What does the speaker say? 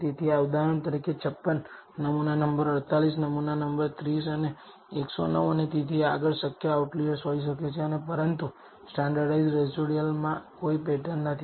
તેથી ઉદાહરણ તરીકે 56 નમૂના નંબર 48 નમૂના નંબર 30 અને 109 અને તેથી આગળ શક્ય આઉટલાયર હોઈ શકે છે અને પરંતુ સ્ટાન્ડર્ડઇઝ્ડ રેસિડયુઅલમાં કોઈ પેટર્ન નથી